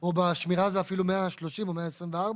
- או בשמירה זה אפילו 130 או 124